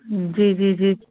हम्म जी जी जी